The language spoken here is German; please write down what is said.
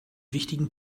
wichtigen